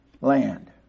land